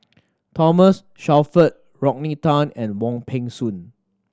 Thomas Shelford Rodney Tan and Wong Peng Soon